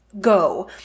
go